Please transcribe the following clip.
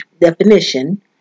definition